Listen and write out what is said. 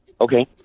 Okay